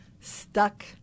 stuck